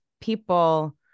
people